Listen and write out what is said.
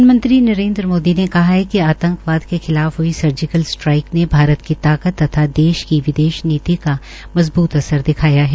प्रधानमंत्री नरेन्द्र मोदी ने कहा कि आतंकवाद के खिलाफ हई सर्जिकल स्ट्राइक ने भारत की ताकत तथा देश की विदेश नीति का मजबूत असर दिखाया है